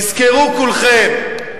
תזכרו כולכם,